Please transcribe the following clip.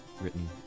written